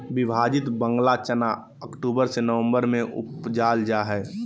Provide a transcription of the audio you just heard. विभाजित बंगाल चना अक्टूबर से ननम्बर में उपजाल जा हइ